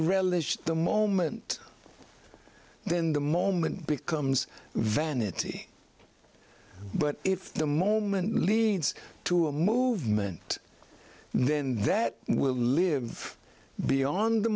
relish the moment then the moment becomes vanity but if the moment leads to a movement then that will live beyond the